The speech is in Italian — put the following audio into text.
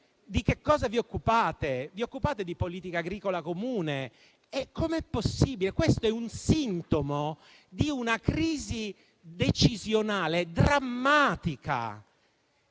Di che cosa vi occupate? Vi occupate di politica agricola comune? Come è possibile? Questo è un sintomo di una crisi decisionale drammatica